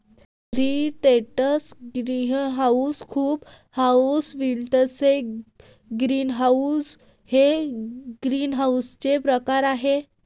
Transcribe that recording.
free standing greenhouse, hoop house, quonset greenhouse हे ग्रीनहाऊसचे प्रकार आहे